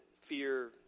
fear